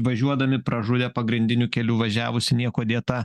važiuodami pražudė pagrindiniu keliu važiavusį niekuo dėtą